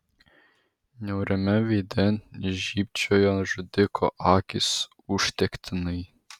niauriame veide žybčiojo žudiko akys užtektinai